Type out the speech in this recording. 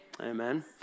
Amen